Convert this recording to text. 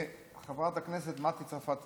חברת הכנסת מטי צרפתי